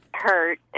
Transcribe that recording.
hurt